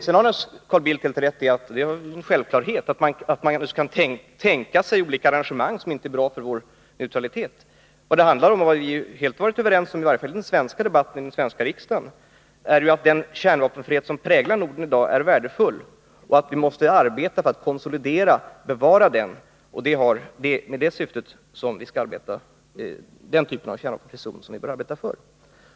Sedan har naturligtvis Carl Bildt rätt i — det är en självklarhet — att man naturligtvis kan tänka sig olika arrangemang som inte är bra för vår neutralitet. Vad det handlar om är sådana former som vi varit överens om i den svenska debatten och i den svenska riksdagen. Den kärnvapenfrihet som präglar Norden i dag är värdefull, och vi måste arbeta för att bevara den. Det är den typen av kärnvapenfri zon vi bör arbeta för.